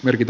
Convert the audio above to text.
merkit